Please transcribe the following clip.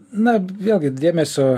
na vėlgi dėmesio